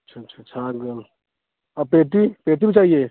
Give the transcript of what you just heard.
अच्छा अच्छा छागल और पेटी पेटी भी चाहिए